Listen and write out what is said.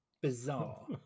bizarre